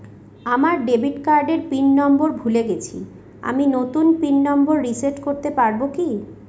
আমার ডেবিট কার্ডের pin number ভুলে গেছি আমি নূতন পিন নম্বর রিসেট করতে পারবো কি?